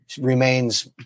remains